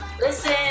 Listen